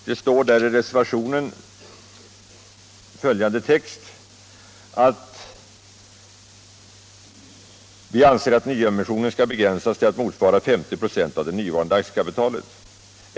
Det står i reservationen bl.a. att ”nyemissionen skall begränsas till att motsvara 50 96 av det nuvarande aktiekapitalet.